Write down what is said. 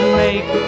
make